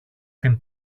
την